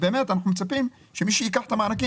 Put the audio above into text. אנחנו מצפים שמי שייקח את המענקים,